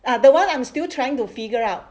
ah the one I'm still trying to figure out